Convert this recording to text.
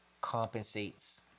compensates